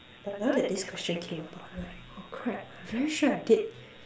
but now that this question came about I'm like oh crap I'm very sure I did